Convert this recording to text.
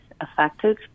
affected